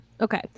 Okay